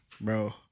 bro